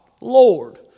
Lord